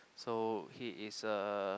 so he is a